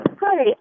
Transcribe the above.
Hi